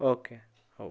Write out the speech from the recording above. ଓ କେ ହଉ